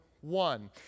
one